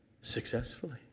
Successfully